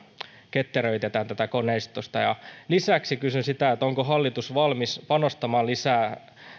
ketteröitetään tätä koneistoa lisäksi kysyn sitä onko hallitus valmis panostamaan lisää